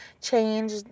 change